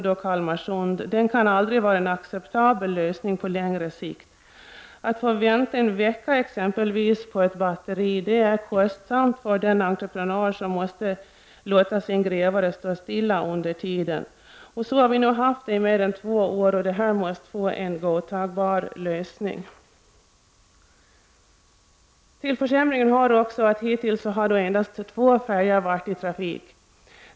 Det kan aldrig vara en acceptabel lösning på längre sikt att sommartid hyra in båtar — som denna sommar Kalmarsund. Det är kostsamt för den entreprenör som måste vänta en vecka på ett batteri och måste låta sin grävmaskin stå stilla under tiden. Så har det nu varit i mer än två år. Problemet måste få en godtagbar lösning. Till försämringen hör också att hittills har endast två färjor varit i trafik.